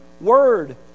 word